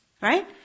Right